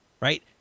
right